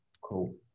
cool